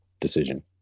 decision